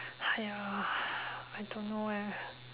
!haiya! I don't know eh